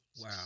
Wow